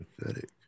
pathetic